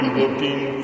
looking